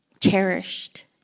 cherished